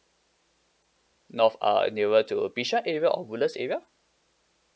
north uh nearer to bishan area or woodlands area